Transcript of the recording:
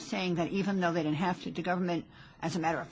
saying that even though they don't have to the government as a matter of